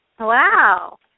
wow